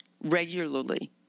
regularly